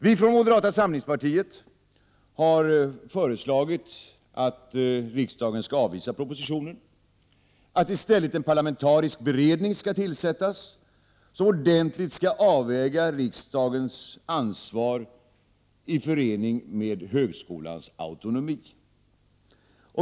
Vi från moderata samlingspartiet har föreslagit att riksdagens skall avvisa propositionen, att i stället en parlamentarisk beredning skall tillsättas, som ordentligt skall avväga riksdagens ansvar i förening med högskolans autonomi.